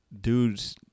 dudes